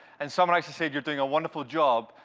and someone actually said, you're doing a wonderful job,